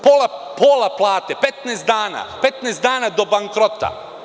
Pola plate, 15 dana, 15 dana do bankrota.